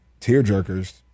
tearjerkers